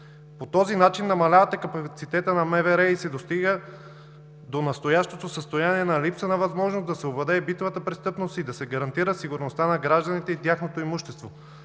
По този начин намалявате капацитета на МВР и се достига до настоящото състояние на липса на възможност да се овладее битовата престъпност, да се гарантира сигурността на гражданите и тяхното имущество.